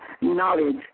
knowledge